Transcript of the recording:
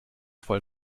voll